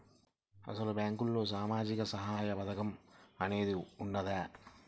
అసలు బ్యాంక్లో సామాజిక సహాయం పథకం అనేది వున్నదా?